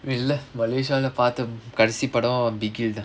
இல்ல:illa malaysia leh பாத்த கடைசி படம் பிகில் தான்:patha kadaisi padam bigil thaan